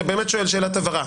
שואל שאלת הבהרה.